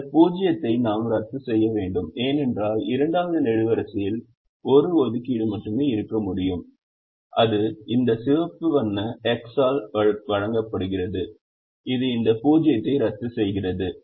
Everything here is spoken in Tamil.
இந்த 0 ஐ நாம் ரத்து செய்ய வேண்டும் ஏனென்றால் 2 வது நெடுவரிசையில் 1 ஒதுக்கீடு மட்டுமே இருக்க முடியும் அது இந்த சிவப்பு வண்ண X ஆல் வழங்கப்படுகிறது இது இந்த 0 ஐ ரத்து செய்கிறது